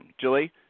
Julie